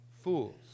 fools